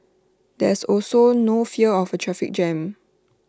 there's also no fear of A traffic jam